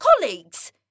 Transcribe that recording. colleagues